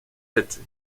sept